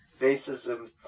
racism